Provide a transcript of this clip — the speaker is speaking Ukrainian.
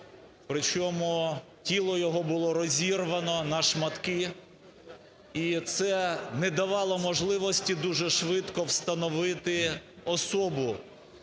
причому тіло його було розірвано на шматки і це не давало можливості дуже швидко встановити особу.